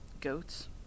goats